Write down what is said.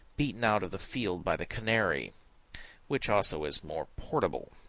bleaten out of the field by the canary which, also, is more portable.